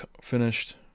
finished